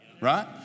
right